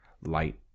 light